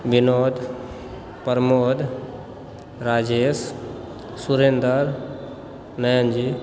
Binod Pramod Rajesh Surendar Nayan जी